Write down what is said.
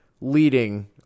leading